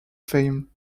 fame